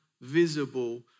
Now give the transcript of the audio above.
visible